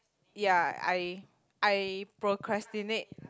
ya I I procrastinate